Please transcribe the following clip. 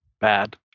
Bad